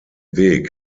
weg